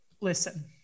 listen